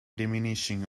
diminishing